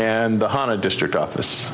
and the honda district office